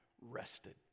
rested